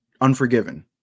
Unforgiven